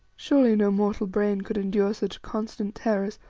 surely no mortal brain could endure such constant terrors,